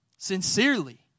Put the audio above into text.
Sincerely